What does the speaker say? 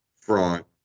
front